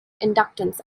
inductance